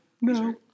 no